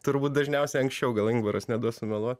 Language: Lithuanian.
turbūt dažniausiai anksčiau gal ingvaras neduos sumeluot